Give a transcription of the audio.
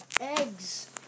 eggs